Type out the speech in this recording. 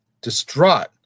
Distraught